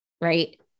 right